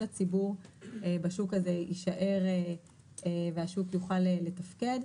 הציבור בשוק הזה יישאר והשוק יוכל לתפקד.